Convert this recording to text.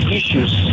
issues